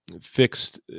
fixed